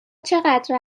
چقدر